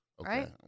Right